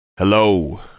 Hello